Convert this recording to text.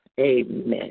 Amen